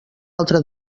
altre